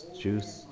juice